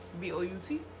B-O-U-T